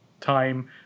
time